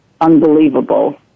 unbelievable